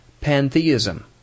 Pantheism